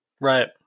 right